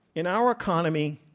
in our economy,